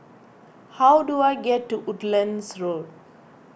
how do I get to Woodlands Road